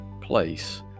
place